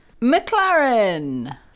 McLaren